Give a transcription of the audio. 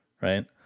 right